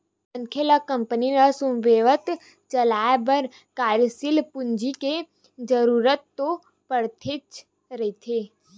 मनखे ल कंपनी ल सुबेवत चलाय बर कार्यसील पूंजी के जरुरत तो पड़तेच रहिथे